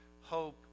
hope